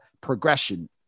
progression